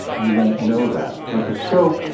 you won't know that. with a scope,